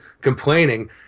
complaining